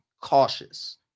cautious